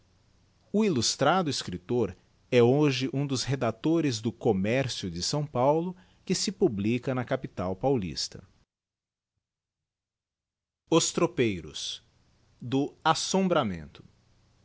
o illustrado escriptor é hoje um dos redactores do commercio de s paulo que se publica na capital paulista os tropeiros do